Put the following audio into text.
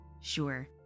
Sure